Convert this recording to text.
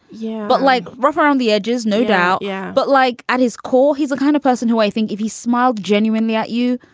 yeah. but like rough around the edges, no doubt. yeah. but like at his core, he's a kind of person who i think if he smiled genuinely at you,